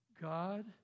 God